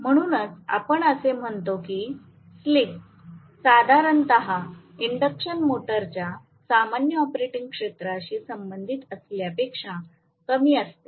म्हणूनच आपण असे म्हणतो की स्लिप साधारणत इंडक्शन मोटरच्या सामान्य ऑपरेटिंग क्षेत्राशी संबंधित असल्यापेक्षा कमी असते